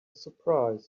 surprise